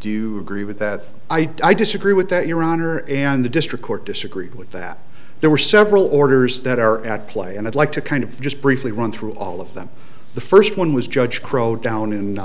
do you agree with that i disagree with that your honor and the district court disagreed with that there were several orders that are at play and i'd like to kind of just briefly run through all of them the first one was judge crow down in